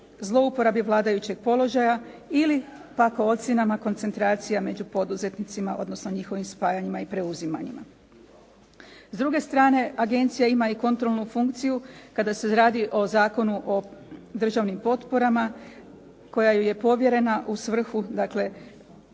zlouporabi vladajućeg položaja ili pak o ocjenama koncentracija među poduzetnicima odnosno njihovim spajanjima i preuzimanjima. S druge strane agencija ima i kontrolnu funkciju kada se radi o Zakonu o državnim potporama koja joj je povjerena u svrhu dakle